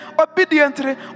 obediently